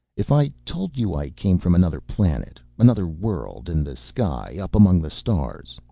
if i told you i came from another planet, another world in the sky up among the stars,